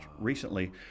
recently